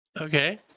okay